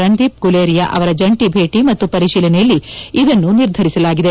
ರಂದೀಪ್ ಗುಲೇರಿಯಾ ಅವರ ಜಂಟಿ ಭೇಟಿ ಮತ್ತು ಪರಿಶೀಲನೆಯಲ್ಲಿ ಇದನ್ನು ನಿರ್ಧರಿಸಲಾಗಿದೆ